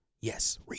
Yes